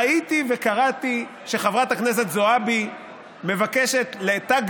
ראיתי וקראתי שחברת הכנסת זועבי מבקשת תג